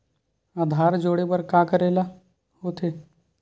आधार जोड़े बर का करे ला होथे?